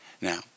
Now